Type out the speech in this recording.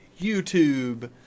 YouTube